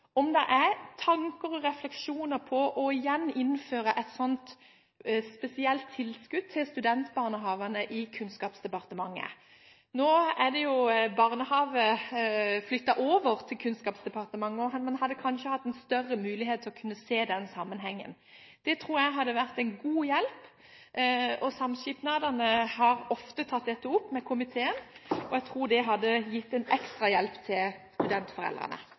om det er tanker og refleksjoner i Kunnskapsdepartementet om å gjeninnføre et spesielt tilskudd til studentbarnehagene. Nå er jo barnehagene flyttet over til Kunnskapsdepartementet, så man har kanskje en større mulighet til å kunne se den sammenhengen. Det tror jeg hadde vært en god hjelp. Samskipnadene har ofte tatt dette opp med komiteen. Jeg tror det hadde gitt en ekstra hjelp til studentforeldrene.